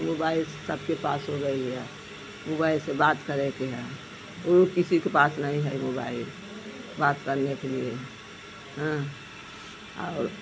mobile सब के पास हो गई बा मोबाइल से बात करे के हा ओ किसी के पास नहीं है मोबाइल बात करने के लिए हाँ औ